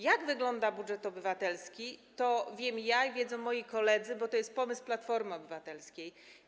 Jak wygląda budżet obywatelski, to wiem ja i wiedzą moi koledzy, bo to jest pomysł Platformy Obywatelskiej.